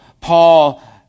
Paul